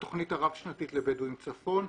התוכנית הרב-שנתית לבדואים צפון,